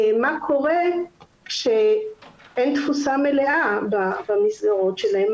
מה קורה כשאין תפוסה מלאה במסגרות שלהם.